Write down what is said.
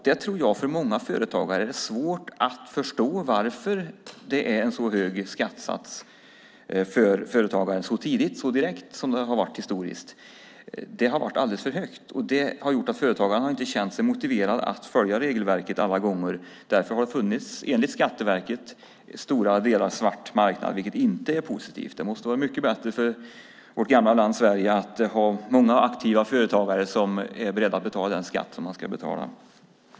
Jag tror att det för många företagare är svårt att förstå varför det är en så hög skattesats för företagare så tidigt, så direkt. Det har det varit historiskt. Det har varit alldeles för högt. Det har gjort att företagare inte alla gånger har känt sig motiverade att följa regelverket. Därför har det, enligt Skatteverket, funnits en i stora delar svart marknad, vilket inte är positivt. Det måste vara mycket bättre för vårt gamla land Sverige att ha många aktiva företagare som är beredda att betala den skatt som de ska betala.